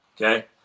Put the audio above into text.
Okay